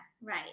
right